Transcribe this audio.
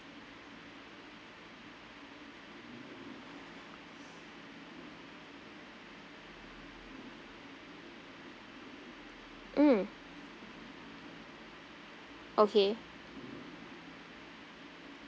mm okay